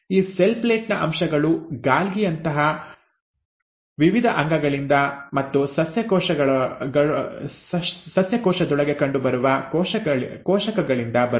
ಈ cell plate ನ ಅಂಶಗಳು ಗಾಲ್ಗಿ ಯಂತಹ ವಿವಿಧ ಅಂಗಗಳಿಂದ ಮತ್ತು ಸಸ್ಯ ಕೋಶದೊಳಗೆ ಕಂಡುಬರುವ ಕೋಶಕಗಳಿಂದ ಬರುತ್ತವೆ